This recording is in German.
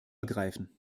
ergreifen